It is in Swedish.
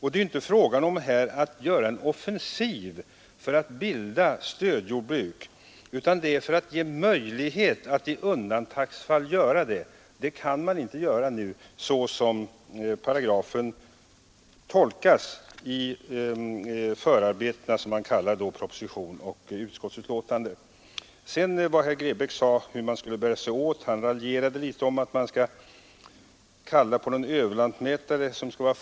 Det är inte här fråga om att göra en offensiv för att bilda stödjordbruk, utan det gäller att ge möjlighet att i undantagsfall göra det. Det kan man inte nu, såsom paragrafen tolkas i förarbetena, som man kallar proposition och utskottsbetänkandet. Herr Grebäck raljerade litet om hur man skulle bära sig åt. Man skulle kalla på en överlantmätare som var folkpartist.